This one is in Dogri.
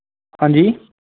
हां जी